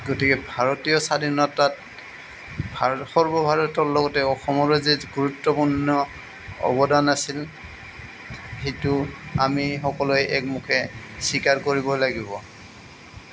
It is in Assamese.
গতিকে ভাৰতীয় স্বাধীনতাত ভাৰত সৰ্বভাৰতৰ লগতে অসমৰে যি গুৰুত্বপূৰ্ণ অৱদান আছিল সেইটো আমি সকলোৱে একমুখে স্বীকাৰ কৰিব লাগিব